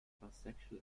bisexual